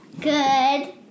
Good